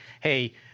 hey